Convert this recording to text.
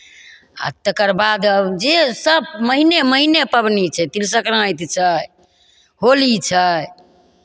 आ तकर बाद जे सभ महीने महीने पाबनि छै तिल सङ्क्रान्ति छै होली छै